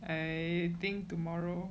I think tomorrow